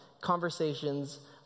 conversations